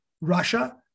Russia